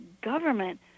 government